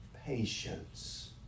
patience